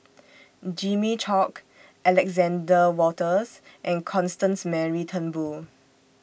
Jimmy Chok Alexander Wolters and Constance Mary Turnbull